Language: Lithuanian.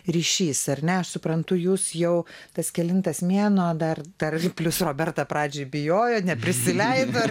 ryšys ar ne aš suprantu jūs jau tas kelintas mėnuo dar dar plius roberta pradžioj bijojo neprisileido